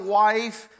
wife